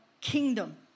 kingdom